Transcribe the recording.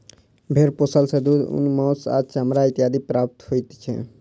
भेंड़ पोसला सॅ दूध, ऊन, मौंस आ चमड़ा इत्यादि प्राप्त होइत छै